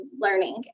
learning